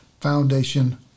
Foundation